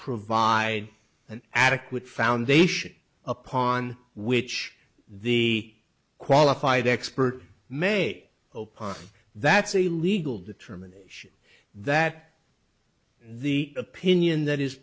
provide an adequate foundation upon which the qualified expert may opine that's a legal determination that the opinion that is